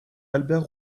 albert